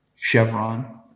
Chevron